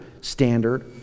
standard